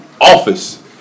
office